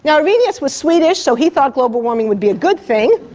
yeah arrhenius was swedish, so he thought global warming would be a good thing!